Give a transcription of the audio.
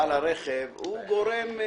בעל הרכב- - הוא אחראי.